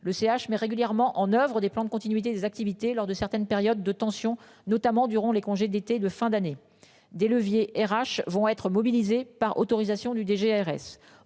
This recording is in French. le CH met régulièrement en oeuvre des plans de continuité des activités lors de certaines périodes de tension, notamment durant les congés d'été de fin d'année des leviers RH vont être mobilisés par autorisation du DG